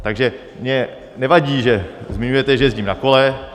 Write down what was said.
Takže mně nevadí, že zmiňujete, že jezdím na kole.